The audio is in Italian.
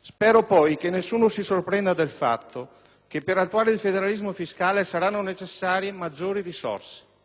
Spero poi che nessuno si sorprenda del fatto che, per attuare il federalismo fiscale, saranno necessarie maggiori risorse.